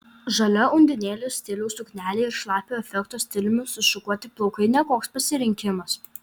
žalia undinėlės stiliaus suknelė ir šlapio efekto stiliumi sušukuoti plaukai ne koks pasirinkimas